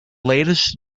latest